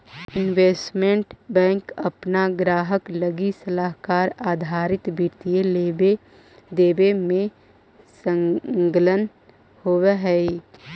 investment bank अपना ग्राहक लगी सलाहकार आधारित वित्तीय लेवे देवे में संलग्न होवऽ हई